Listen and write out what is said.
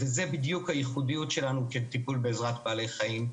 זו בדיוק הייחודיות שלנו כמטפלים בעזרת בעלי חיים,